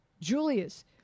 Julius